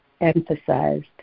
emphasized